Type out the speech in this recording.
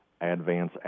Advance